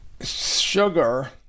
Sugar